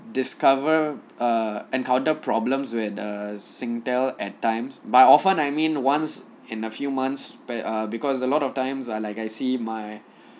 discover uh encountered problems where uh singtel at times by often I mean once in a few months but uh because a lot of times ah like I see my